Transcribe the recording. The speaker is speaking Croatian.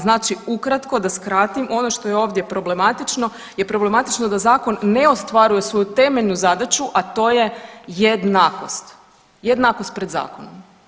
Znači ukratko da skratim, ono što je ovdje problematično je problematično da zakon ne ostvaruje svoju temeljnu zadaću, a to je jednakost, jednakost pred zakonom.